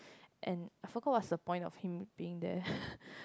and I forgot what's the point of him being there